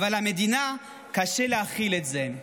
אבל למדינה קשה להכיל את זה.